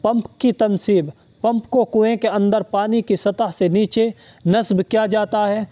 pump کی تنصیب pump کو کوے کے اندر پانی کی سطح سے نیچے نصب کیا جاتا ہے